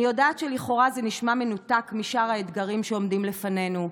אני יודעת שלכאורה זה נשמע מנותק משאר האתגרים שעומדים לפנינו.